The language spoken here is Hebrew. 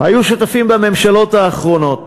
היו שותפים בממשלות האחרונות